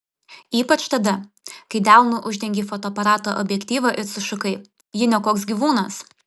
ypač tada kai delnu uždengei fotoaparato objektyvą ir sušukai ji ne koks gyvūnas